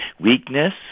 weakness